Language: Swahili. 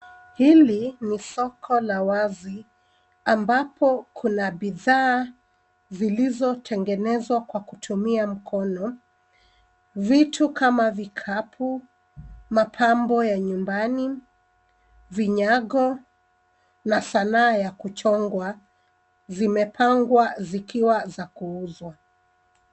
Hili ni soko la wazi ambapo kuna bidhaa zilizotengenezwa kwa kutumia mkono. Vitu kama vikapu, mapambo ya nyumbani, vinyago na sanaa za kuchongwa zimepangwa zikiwa za kuuzwa.